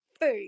food